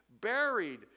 buried